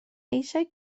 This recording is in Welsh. eisiau